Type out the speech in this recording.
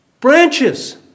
branches